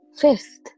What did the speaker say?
fifth